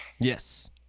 Yes